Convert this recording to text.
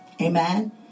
Amen